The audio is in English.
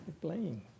playing